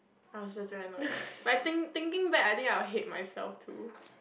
I was just very annoyed but think thinking back I think I would hate myself too